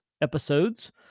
episodes